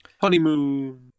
Honeymoon